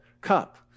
cup